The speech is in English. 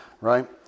right